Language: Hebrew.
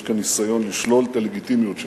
יש כאן ניסיון לשלול את הלגיטימיות שלנו.